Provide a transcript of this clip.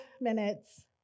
minutes